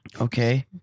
Okay